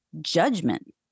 judgment